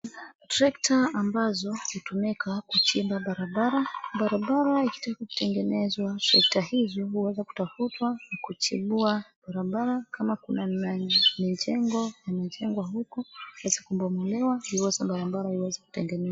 Trekta ambazo hutumika kuchimba barabara. Barabara ikitaka kutengenezwa trekta hizi huweza kutafutwa na kuchimbua barabara kama kuna mijengo imejengwa huko iweze kubomolewa ndiposa barabara iweze kutengenezwa.